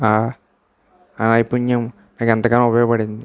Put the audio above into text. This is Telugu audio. ఆ నైపుణ్యం ఎంతగానో ఉపయోగపడింది